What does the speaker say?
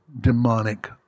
demonic